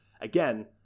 again